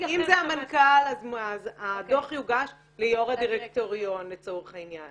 זה המנכ"ל אז הדוח יוגש ליו"ר הדירקטוריון לצורך העניין